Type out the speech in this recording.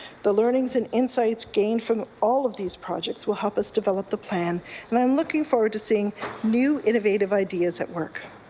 the learnings and insights gained from all of these projects will help us develop the plan and i'm looking forward to seeing new innovative ideas at work.